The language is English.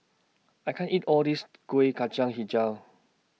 I can't eat All This Kuih Kacang Hijau